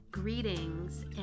Greetings